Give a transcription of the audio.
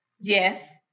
Yes